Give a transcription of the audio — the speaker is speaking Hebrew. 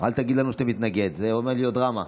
אל תגיד לנו שאתה מתנגד, זו עומדת להיות דרמה.